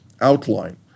outline